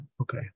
okay